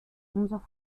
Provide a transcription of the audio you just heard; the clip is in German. unser